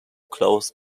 closed